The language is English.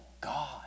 God